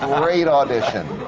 um great audition,